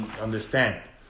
understand